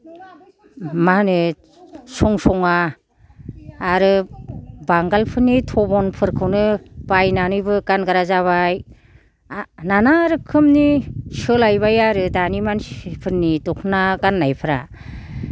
मा होनो सं सङा आरो बांगालफोरनि थबनफोरखौनो बायनानैबो गानग्रा जाबाय आरो नाना रोखोमनि सोलायबाय आरो दानि मानसिफोरनि दख'ना गाननायफ्रा